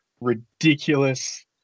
ridiculous